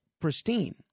pristine